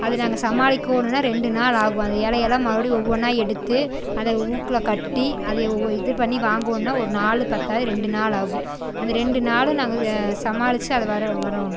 அது நாங்கள் சமாளிக்கணுன்னா ரெண்டு நாள் ஆகும் அந்த இலையல்லா மறுபடியும் ஒவ்வொன்றா எடுத்து அதை ஊக்கில் கட்டி அதை இது பண்ணி வாங்கணுனா ஒரு நாள் பத்தாது ரெண்டு நாள் ஆகும் அந்த ரெண்டு நாள் நாங்கள் சமாளித்து அதை வரணும்